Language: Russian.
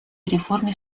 реформе